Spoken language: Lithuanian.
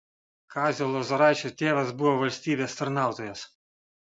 kazio lozoraičio tėvas buvo valstybės tarnautojas